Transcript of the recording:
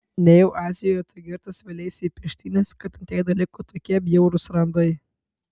nejau azijoje tu girtas vėleisi į peštynes kad ant veido liko tokie bjaurūs randai